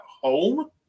home